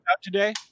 today